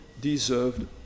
deserved